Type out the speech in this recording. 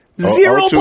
Zero